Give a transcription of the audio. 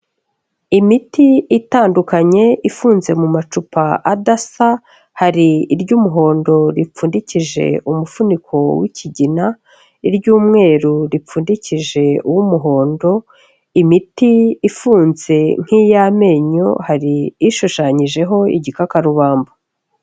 Imiti itandukanye ifunze mu macupa adasa, hari iry'umuhondo ripfundikije umufuniko w'ikigina, iry'umweru ripfundikjei uw'umuhondo, imiti ifunze nk'iy'amenyo hari ishushanyijeho igikakarubamba.